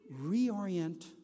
reorient